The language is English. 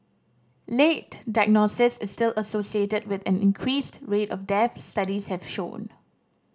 late diagnosis is still associated with an increased rate of deaths studies have shown